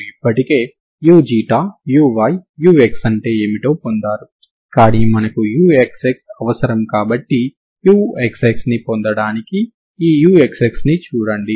uxt మరియు u xt లు తరంగ సమీకరణాన్ని సంతృప్తి పరుస్తాయి మరియు u xt కూడా తరంగ సమీకరణాన్ని సంతృప్తి పరుస్తుంది ఎందుకంటే మీరు రెండుసార్లు అవకలనం చేయాలి కాబట్టి u xt కూడా తరంగ సమీకరణాన్ని మరియు ప్రారంభ షరతును కూడా సంతృప్తి పరుస్తుంది